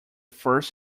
first